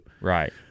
Right